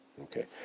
Okay